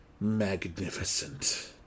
Magnificent